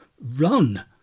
run